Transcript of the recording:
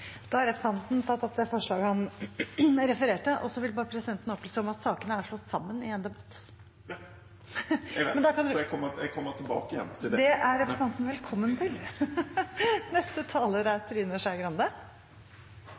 Da har representanten Audun Lysbakken tatt opp de forslagene han refererte til. Presidenten vil bare opplyse om at sakene er slått sammen i én debatt. Jeg kommer tilbake igjen. Det er representanten velkommen til.